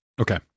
okay